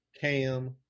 Cam